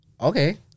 Okay